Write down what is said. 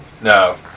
No